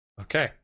Okay